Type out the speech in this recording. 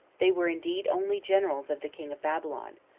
they were indeed only generals of the king of babylon,